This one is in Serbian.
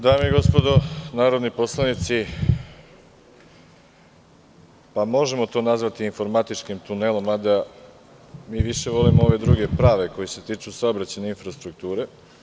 Dame i gospodo narodni poslanici, možemo to nazvati informatičkim tunelom, mada mi više volimo ove druge, prave, koji se tiču saobraćajne infrastrukture.